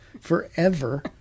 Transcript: forever